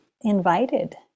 invited